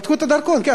בדקו את הדרכון, כן.